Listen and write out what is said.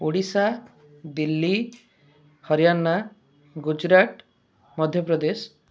Odisha Delhi Haryana Gujarat Madhya Pradesh